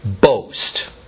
boast